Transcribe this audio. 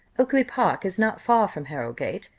oakly-park is not far from harrowgate,